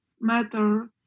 matter